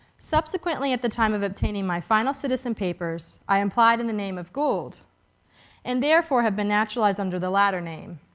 subsequently, at the time of obtaining my final citizen papers i applied in the name of gould and therefore have been naturalized under the later name.